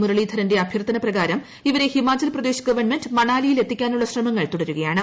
മുരളീധരന്റെ അഭ്യർത്ഥന പ്രകാരം ഇവരെ ഹിമാചൽപ്രദേശ് ഗവൺമെന്റ് മണാലിയിൽ എത്തിക്കാനുള്ള ശ്രമങ്ങൾ തുടരുകയാണ്